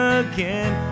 again